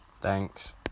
Thanks